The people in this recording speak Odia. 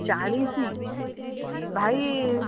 ଚାଳିଶ ଭାଇ